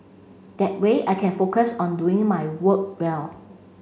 that way I can focus on doing my work well